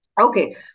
Okay